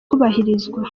kubahirizwa